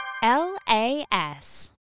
L-A-S